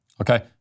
Okay